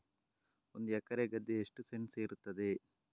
ಒಂದು ಎಕರೆ ಗದ್ದೆ ಎಷ್ಟು ಸೆಂಟ್ಸ್ ಇರುತ್ತದೆ?